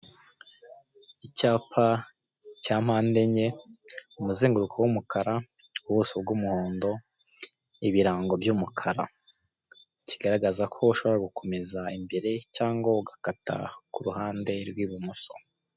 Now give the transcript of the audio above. Icyapa cya mpande enye, umuzenguruko wumukara, ubuso bw'umuhondo, ibirango by'umukara, kigaragaza ko ushobora gukomeza imbere cyangwa ugakata k'uruhande rw'ibumoso.